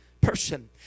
person